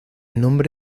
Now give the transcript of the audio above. nombre